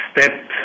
step